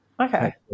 Okay